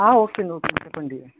okay అండి okay అండి చెప్పండి